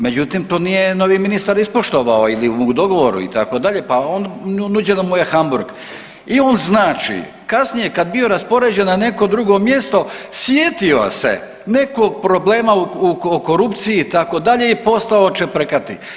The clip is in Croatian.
Međutim, to nije novi ministar ispoštovao ili u dogovoru itd., pa nuđeno mu je Hamburg i on znači kasnije kad bi bio raspoređen na neko drugo mjesto sjetio se nekog problema o korupciji itd. i postao čeprkati.